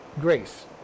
grace